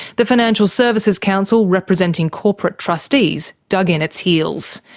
the financial services council representing corporate trustees dug in its heels.